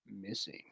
missing